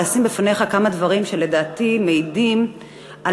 לשים בפניך כמה דברים שלדעתי מעידים על